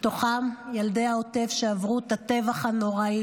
מתוכם ילדי העוטף, שעברו את הטבח הנורא.